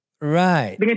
Right